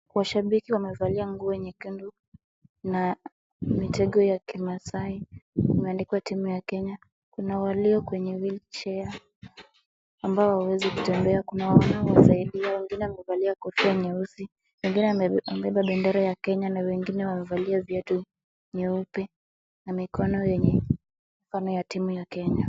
Washabiki wamevalia nguo nyekundu, na mitego ya kimaasai, imeandikwa timu ya Kenya. Walio kwenye wheelchair ambao wawezi kutembea, kuna wanao wasaidia, wengine wamevalia kofia nyeusi, wengine wamebeba bendera ya Kenya na wengine wamevalia viatu nyeupe na mikono yenye mifano ya timu ya Kenya.